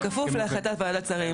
זה כפוף להחלטת ועדת השרים,